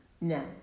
No